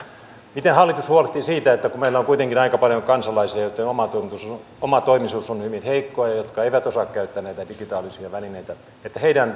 mutta miten hallitus huolehtii siitä kun meillä on kuitenkin aika paljon kansalaisia joitten omatoimisuus on hyvin heikkoa ja jotka eivät osaa käyttää näitä digitaalisia välineitä että heidän pääsynsä palveluihin turvataan jatkossa